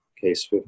Case